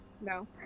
No